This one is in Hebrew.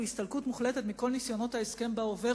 הסתלקות מוחלטת מכל ניסיונות ההסכם בהווה,